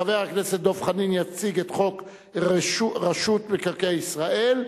חבר הכנסת דב חנין יציג את הצעת חוק רשות מקרקעי ישראל,